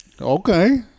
Okay